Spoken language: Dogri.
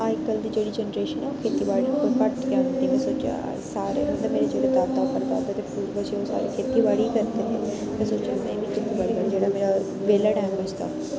अज्जकल दी जेह्ड़ी जनरेशन ऐ खेती बाड़ी आह्ली बक्खी घट्ट ध्यान दिंदी ऐ सारे मतलब मेरे जेह्ड़े दादा परदादा ते पूर्बज हे ओह् सारे खेती बाड़ी करदे में सोचेआ जेह्ड़े मेरा बेल्लै टैम